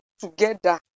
together